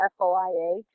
FOIA